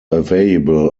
available